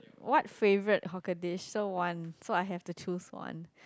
what favourite hawker dish so one so I have to choose one